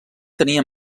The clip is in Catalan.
tenia